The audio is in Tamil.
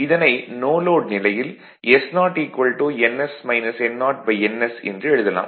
இதனை நோ லோட் நிலையில் s0 ns என்று எழுதலாம்